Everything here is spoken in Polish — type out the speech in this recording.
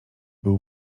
był